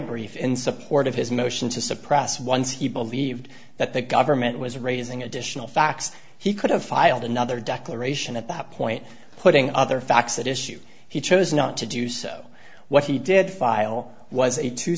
brief in support of his motion to suppress once he believed that the government was raising additional facts he could have filed another declaration at that point putting other facts that issue he chose not to do so what he did file was a two